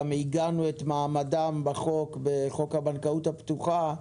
גם עיגנו את מעמדם בחוק הבנקאות הפתוחה.